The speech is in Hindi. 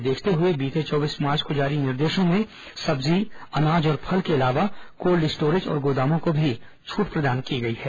इसे देखते हुए बीते चौबीस मार्च को जारी निर्देशों में सब्जी अनाज और फल के अलावा कोल्ड स्टोरेज और गोदामों को भी छूट प्रदान की गई है